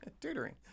tutoring